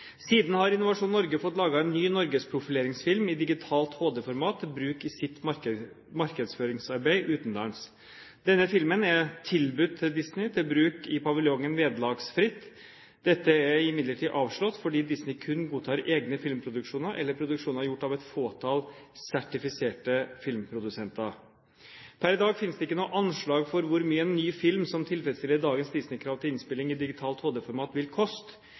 Siden har Innovasjon Norge fått laget en ny norgesprofileringsfilm i digitalt HD-format til bruk i sitt markedsføringsarbeid utenlands. Denne filmen er tilbudt Disney til bruk i paviljongen vederlagsfritt. Dette er imidlertid avslått fordi Disney kun godtar egne filmproduksjoner eller produksjoner gjort av et fåtall sertifiserte filmprodusenter. Per i dag finnes det ikke noe anslag for hvor mye en ny film som tilfredsstiller dagens Disney-krav til innspilling i digitalt HD-format, vil koste.